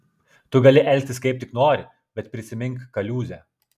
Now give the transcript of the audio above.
tu gali elgtis kaip tik nori bet prisimink kaliūzę